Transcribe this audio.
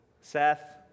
Seth